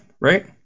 right